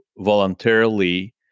voluntarily